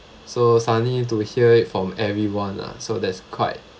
so suddenly to hear it from everyone lah so that's quite